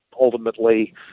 ultimately